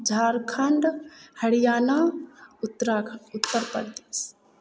Jharkhand Haryana Uttarakhand Uttar Pradesh